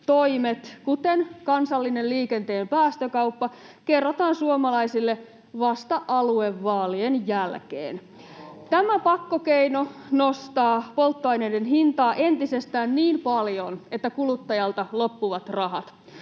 toimet, kuten kansallinen liikenteen päästökauppa, kerrotaan suomalaisille vasta aluevaalien jälkeen. [Perussuomalaisten ryhmästä: Oho!] Tämä pakkokeino nostaa polttoaineiden hintaa entisestään niin paljon, että kuluttajalta loppuvat rahat.